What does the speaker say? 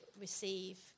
receive